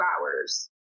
hours